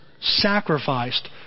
sacrificed